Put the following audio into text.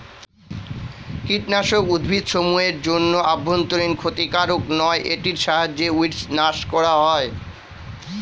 কীটনাশক উদ্ভিদসমূহ এর জন্য অভ্যন্তরীন ক্ষতিকারক নয় এটির সাহায্যে উইড্স নাস করা হয়